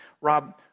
Rob